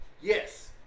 yes